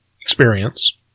experience